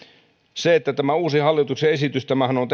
tämä uusi hallituksen esityshän on